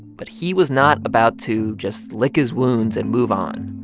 but he was not about to just lick his wounds and move on.